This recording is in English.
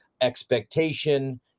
expectation